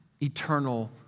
eternal